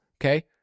okay